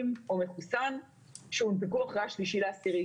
או מחוסן שהונפקו אחרי ה-3 באוקטובר,